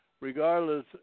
regardless